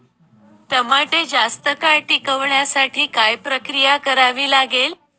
टमाटे जास्त काळ टिकवण्यासाठी काय प्रक्रिया करावी लागेल?